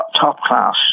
top-class